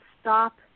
STOP